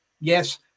Yes